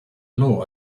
law